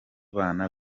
bana